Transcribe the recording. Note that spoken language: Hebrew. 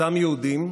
אותם יהודים,